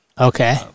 Okay